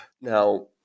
Now